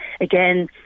again